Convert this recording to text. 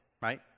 right